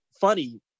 funny